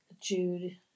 Jude